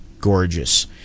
gorgeous